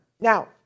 Now